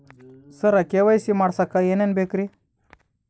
ಸರ KYC ಮಾಡಸಕ್ಕ ಎನೆನ ಬೇಕ್ರಿ?